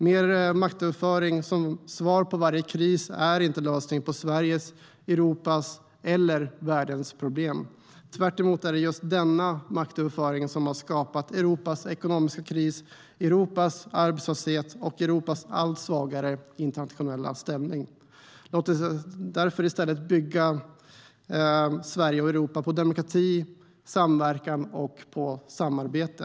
Mer maktöverföring som svar på varje kris är inte lösningen på Sveriges, Europas eller världens problem. Tvärtom är det just denna maktöverföring som har skapat Europas ekonomiska kris, dess arbetslöshet och dess allt svagare internationella ställning. Låt oss därför i stället bygga Sverige och Europa på demokrati, samverkan och samarbete!